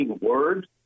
Word